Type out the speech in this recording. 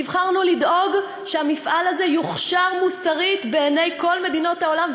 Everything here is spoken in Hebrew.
נבחרנו לדאוג שהמפעל הזה יוכשר מוסרית בעיני כל מדינות העולם.